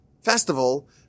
festival